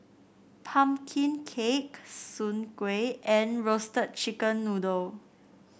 pumpkin cake Soon Kueh and Roasted Chicken Noodle